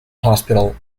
hospital